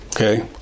okay